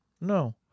No